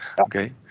Okay